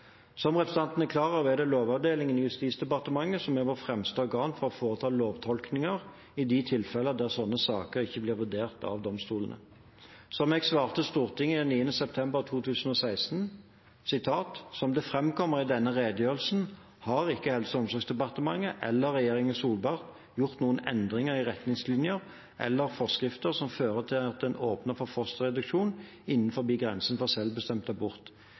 Som representanten Myrseth er klar over, er det Lovavdelingen i Justisdepartementet som er vårt fremste organ for å foreta lovtolkning i de tilfellene der slike saker ikke blir vurdert av domstolene. Jeg svarte Stortingets helse- og omsorgskomité den 9. september 2016 slik: «Som det fremkommer i denne redegjørelsen har ikke Helse- og omsorgsdepartementet eller Regjeringen Solberg gjort noen endringer i retningslinjer eller forskrifter som fører til at en åpner for fosterreduksjon innenfor grensen for selvbestemt abort.